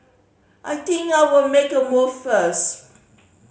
I think I'll make a move first